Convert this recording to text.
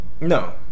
No